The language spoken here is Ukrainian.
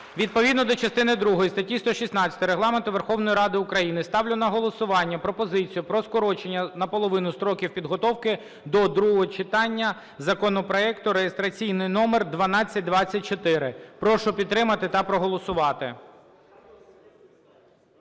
Відповідно до частини другої статті 116 Регламенту Верховної Ради України ставлю на голосування пропозицію про скорочення наполовину строків підготовки до другого читання законопроекту реєстраційний номер 1224. Прошу підтримати та проголосувати.